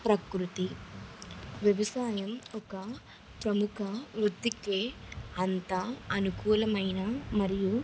ప్రకృతి వ్యవసాయం ఒక ప్రముఖ వృత్తికే అంతా అనుకూలమైన మరియు